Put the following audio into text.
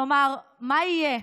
כלומר, מה יהיה?